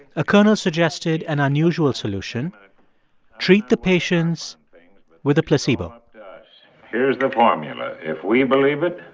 a colonel suggested an unusual solution treat the patients with a placebo here's the formula if we believe it,